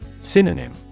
Synonym